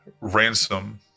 Ransom